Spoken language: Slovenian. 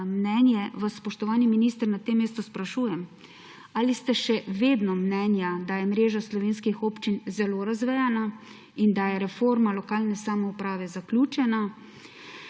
mnenje, vas, spoštovani minister, na tem mestu sprašujem: Ali ste še vedno mnenja, da je mreža slovenskih občin zelo razvejana in da je reforma lokalne samouprave zaključena?